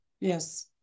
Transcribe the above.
Yes